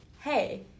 hey